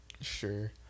Sure